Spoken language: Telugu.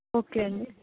ఓకే అండి